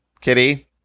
Kitty